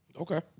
Okay